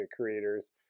creators